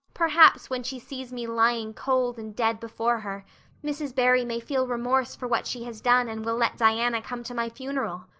perhaps when she sees me lying cold and dead before her mrs. barry may feel remorse for what she has done and will let diana come to my funeral.